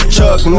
Chuck